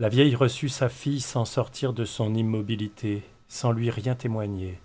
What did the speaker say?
la vieille reçut sa fille sans sortir de son immobilité sans lui rien témoigner